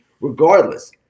regardless